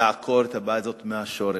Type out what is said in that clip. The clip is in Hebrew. לעקור את הבעיה הזו מהשורש.